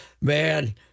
Man